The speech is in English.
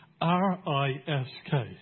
R-I-S-K